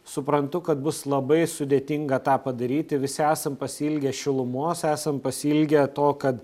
suprantu kad bus labai sudėtinga tą padaryti visi esam pasiilgę šilumos esam pasiilgę to kad